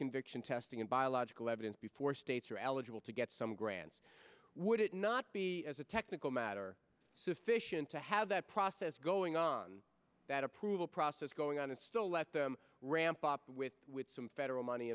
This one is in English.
conviction testing and biological evidence before states are eligible to get some grants would it not be as a technical matter sufficient to have that process going on that approval process going on and still left the ramp up with with some federal money